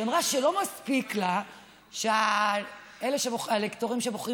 שהיא אמרה שלא מספיק לה שהלקטורים שבוחרים